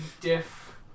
diff